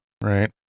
right